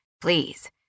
Please